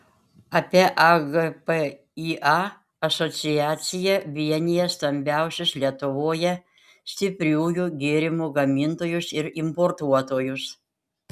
apie agpįa asociacija vienija stambiausius lietuvoje stipriųjų gėrimų gamintojus ir importuotojus